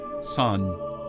Son